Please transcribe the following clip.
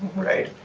right?